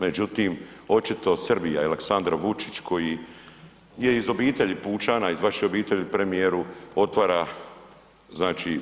Međutim, očito Srbija i Aleksandar Vučić koji je iz obitelji pučana, iz vaše obitelji premijeru, otvara znači